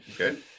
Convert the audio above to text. okay